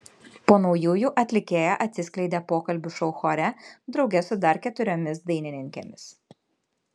po naujųjų atlikėja atsiskleidė pokalbių šou chore drauge su dar keturiomis dainininkėmis